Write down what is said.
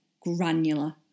granular